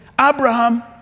Abraham